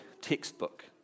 textbook